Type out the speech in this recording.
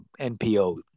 NPO